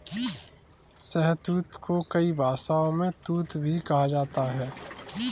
शहतूत को कई भाषाओं में तूत भी कहा जाता है